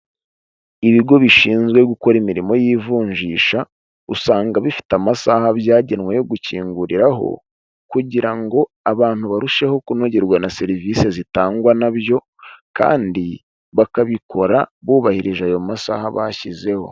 Ibigo bishinzwe gukora imirimo y'ivunjisha, usanga bifite amasaha byagenwe yo gukinguriraho, kugira ngo abantu barusheho kunogerwa na serivisi zitangwa na byo, kandi bakabikora bubahirije ayo masaha bashyizeho.